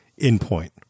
endpoint